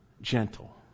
gentle